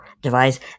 device